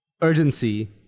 Urgency